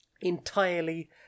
entirely